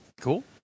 cool